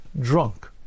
drunk